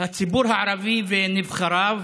הציבור הערבי ונבחריו